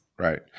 Right